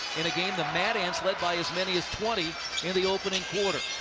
in a game the mad ants led by as many as twenty in the opening quarter.